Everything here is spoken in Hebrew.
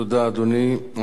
תודה, אדוני.